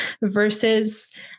versus